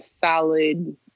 solid